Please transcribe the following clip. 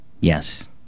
Yes